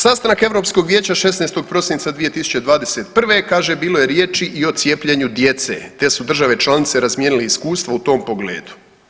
Sastanak Europskog vijeća 16. prosinca 2021. kaže bilo je riječi i o cijepljenju djece, te su države članice razmijenile iskustva u tom pogledu.